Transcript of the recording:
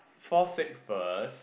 fall sick first